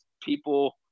people